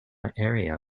area